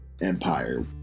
Empire